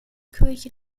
kirche